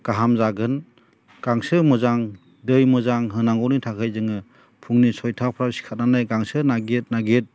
गाहाम जागोन गांसो मोजां दै मोजां होनांगौनि थाखाय जोङो फुंनि सयथाफोराव सिखारनानै गांसो नागिर नागिर